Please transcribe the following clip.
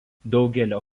daugelio